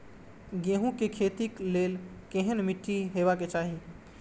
गेहूं के खेतीक लेल केहन मीट्टी हेबाक चाही?